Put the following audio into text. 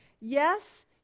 Yes